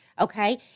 Okay